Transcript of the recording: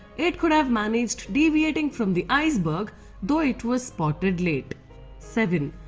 it could have managed deviating from the ice berg though it was spotted late seven.